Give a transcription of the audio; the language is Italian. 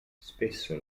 spesso